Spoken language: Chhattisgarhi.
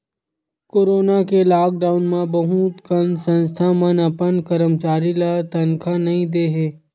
कोरोना के लॉकडाउन म बहुत कन संस्था मन अपन करमचारी ल तनखा नइ दे हे